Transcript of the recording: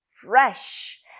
fresh